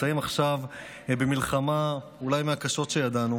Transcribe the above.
לוח התיקונים, לקריאה השנייה והשלישית.